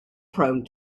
prone